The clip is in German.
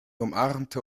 umarmte